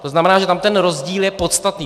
To znamená, že tam ten rozdíl je podstatný.